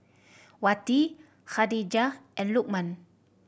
Wati Khadija and Lukman